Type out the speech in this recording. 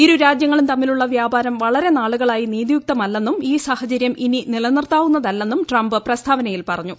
ഇരു രാജ്യങ്ങളും തമ്മിലുള്ള വ്യാപാരം വളരെ നാളുകള്ളതി നീതിയുക്തമല്ലെന്നും ഈ സാഹചര്യം ഇനി നിലനിർത്താവുന്നതല്ലെന്നും ട്രംപ് പ്രസ്താവനയിൽ പറഞ്ഞു